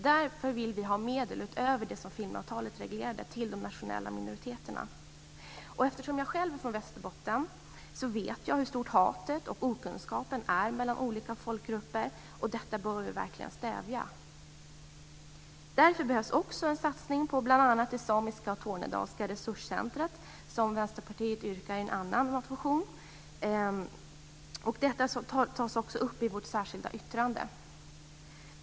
Därför vill vi ha medel utöver det som filmavtalet reglerar till de nationella minoriteterna. Eftersom jag själv kommer från Västerbotten vet jag hur stort hatet och okunskapen är mellan olika folkgrupper, och detta bör vi verkligen stävja. Därför behövs också en satsning på bl.a. det samiska och tornedalska resurscentrumet, som Vänsterpartiet yrkar i en motion. Detta tas också upp i vårt särskilda yttrande.